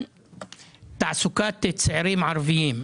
תעסוקת צעירים ערבים.